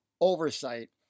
oversight